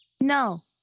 No